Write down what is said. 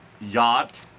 Yacht